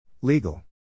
Legal